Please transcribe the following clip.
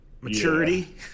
maturity